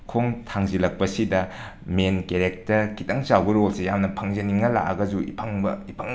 ꯈꯣꯡ ꯊꯥꯡꯖꯤꯜꯂꯛꯄꯁꯤꯗ main character ꯈꯤꯇꯪ ꯆꯥꯎꯕ ꯔꯣꯜꯁꯦ ꯌꯥꯝ ꯐꯪꯖꯅꯤꯡꯅ ꯂꯥꯛꯑꯒꯁꯨ ꯐꯪꯕ ꯏꯐꯪ ꯐꯪꯗꯕ